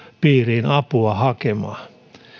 piiriin apua hakemaan